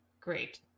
great